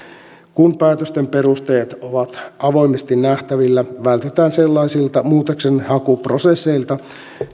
kun päätösten perusteet ovat avoimesti nähtävillä vältytään sellaisilta muutoksenhakuprosesseilta